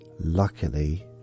Luckily